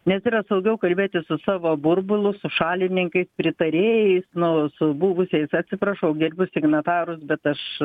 nes yra saugiau kalbėti su savo burbulu su šalininkais pritarėjais nu su buvusiais atsiprašau gerbiu signatarus bet aš